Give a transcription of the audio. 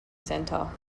centre